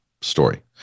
story